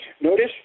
Notice